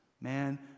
Man